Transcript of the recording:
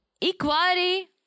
equality